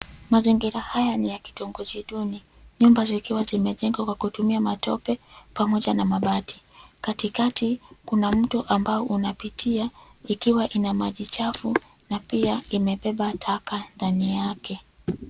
Mazingira haya ni ya kitongoji duni. Nyumba zikiwa zimejengwa kwa kutumia matope pamoja na mabati. Katikati kuna mto ambao unapitia ikiwa ina maji chafu na pia imebeba taka ndani yake.